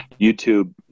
YouTube